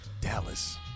Dallas